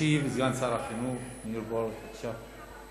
ישיב סגן שר החינוך מאיר פרוש, בבקשה.